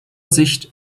sicht